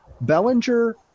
Bellinger